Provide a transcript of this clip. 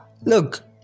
look